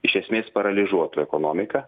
iš esmės paralyžuotų ekonomiką